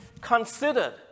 considered